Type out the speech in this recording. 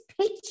pitch